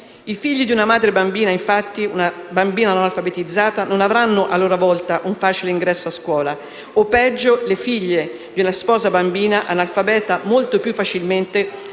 I figli di una madre bambina non alfabetizzata, infatti, non avranno a loro volta un facile ingresso a scuola o, peggio, le figlie di una sposa bambina analfabeta molto più facilmente